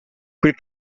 quel